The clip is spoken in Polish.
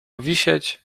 wisieć